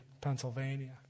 Pennsylvania